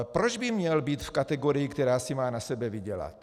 Proč by měl být v kategorii, která si má na sebe vydělat?